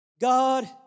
God